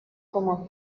como